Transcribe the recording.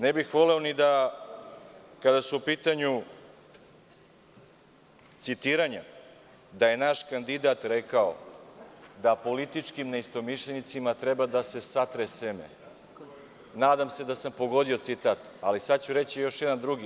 Ne bih voleo ni da, kada su u pitanju citiranja da je naš kandidat rekao da „političkim neistomišljenicima treba da se satre seme“, nadam se da sam pogodio citat, ali sada ću reći još jedan drugi.